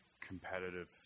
competitive